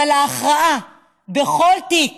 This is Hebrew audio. אבל ההכרעה בכל תיק